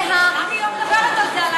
למה היא לא מדברת על זה?